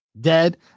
dead